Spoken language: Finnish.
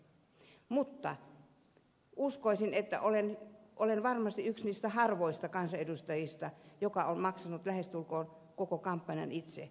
mutta uskoisin että olen varmasti yksi niistä harvoista kansanedustajista joka on maksanut lähestulkoon koko kampanjan itse